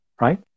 right